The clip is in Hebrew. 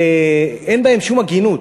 שאין בהן שום הגינות,